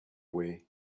way